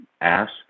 ask